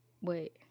Wait